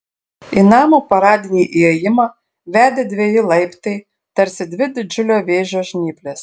į namo paradinį įėjimą vedė dveji laiptai tarsi dvi didžiulio vėžio žnyplės